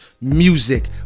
music